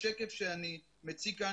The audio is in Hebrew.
בשקף שאני מציג כאן,